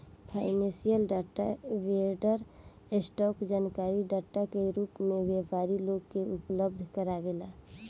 financial data vendor, stock जानकारी data के रूप में व्यापारी लोग के उपलब्ध कारावेला